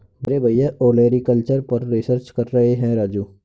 मेरे भैया ओलेरीकल्चर पर रिसर्च कर रहे हैं राजू